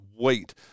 wait